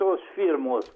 tos firmos